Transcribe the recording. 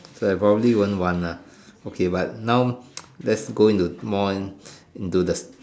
so I probably won't want lah okay but now let's go into more into the